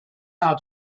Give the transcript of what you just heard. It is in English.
how